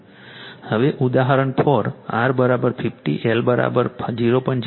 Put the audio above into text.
હવે ઉદાહરણ 4 R50 Ω L 0